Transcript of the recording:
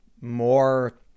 more